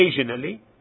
occasionally